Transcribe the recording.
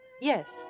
Yes